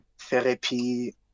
therapy